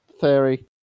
theory